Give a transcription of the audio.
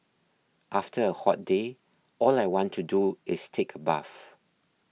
after a hot day all I want to do is take a bath